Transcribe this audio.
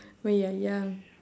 when you're young